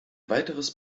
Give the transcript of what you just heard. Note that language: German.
weiteres